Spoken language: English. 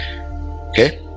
okay